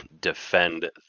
defend